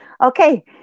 okay